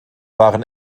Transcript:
waren